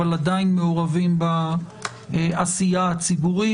אבל עדיין מעורבים בעשייה הציבורית.